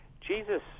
Jesus